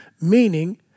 Meaning